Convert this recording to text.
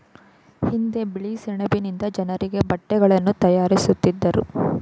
ಹಿಂದೆ ಬಿಳಿ ಸೆಣಬಿನಿಂದ ಜನರಿಗೆ ಬಟ್ಟೆಗಳನ್ನು ತಯಾರಿಸುತ್ತಿದ್ದರು